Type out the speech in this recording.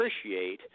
appreciate